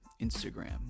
Instagram